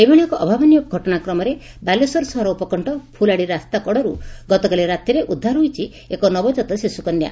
ଏଭଳି ଏକ ଅଭାବନୀୟ ଘଟଣାକ୍ରମରେ ବାଲେଶ୍ୱର ସହର ଉପକଶ୍ବ ପୁଲାଡ଼ି ରାସ୍ତାକଡ଼ରୁ ଗତକାଲି ରାତିରେ ଉଦ୍ଧାର ହୋଇଛି ଏକ ନବଜାତ ଶିଶୁକନ୍ୟା